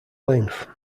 length